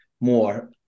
more